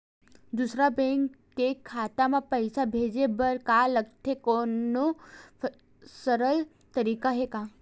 दूसरा बैंक के खाता मा पईसा भेजे बर का लगथे कोनो सरल तरीका हे का?